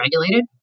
regulated